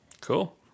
cool